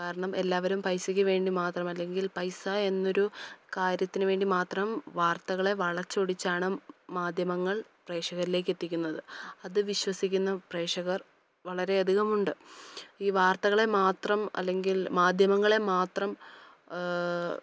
കാരണം എല്ലാവരും പൈസക്ക് വേണ്ടി മാത്രം അല്ലെങ്കിൽ പൈസ എന്നൊരു കാര്യത്തിന് വേണ്ടി മാത്രം വാർത്തകളെ വളച്ചൊടിച്ചാണ് മാധ്യമങ്ങൾ പ്രേക്ഷകരിലെക്കെത്തിക്കുന്നത് അത് വിശ്വസിക്കുന്ന പ്രേക്ഷകർ വളരെ അധികമുണ്ട് ഈ വാർത്തകളെ മാത്രം അല്ലെങ്കിൽ മാധ്യമങ്ങളെ മാത്രം